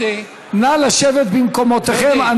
נא לשבת במקומותיכם,